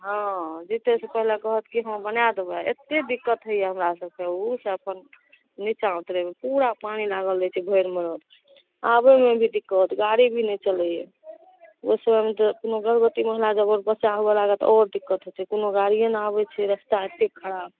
हँ जितै से पहिले कहत कि हँ बना देबै एतेक दिक्कत होइया हमरा सबके ओ से अपन नीचाँ उतरैमे पूरा पानि लागल रहै छै भैरि मरद आबैमे भी दिक्कत गाड़ी भी नहि चलैया ओहि समयमे तऽ कोनो गर्भवती महिला जब बच्चा होबऽ लागत तऽ आओर दिक्कत होइ छै कोनो गाड़िये ने आबै छै रस्ता एतेक खराब